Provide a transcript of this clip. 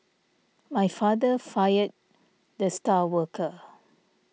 my father fired the star worker